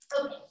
okay